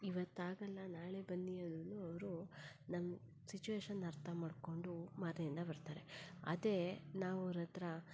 ಇವತ್ತಾಗಲ್ಲ ನಾಳೆ ಬನ್ನಿ ಅಂದ್ರು ಅವರು ನಮ್ಮ ಸಿಚುವೇಶನ್ನ ಅರ್ಥ ಮಾಡಿಕೊಂಡು ಮಾರನೇ ದಿನ ಬರ್ತಾರೆ ಅದೇ ನಾವು ಅವ್ರ ಹತ್ರ